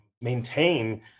maintain